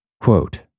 Quote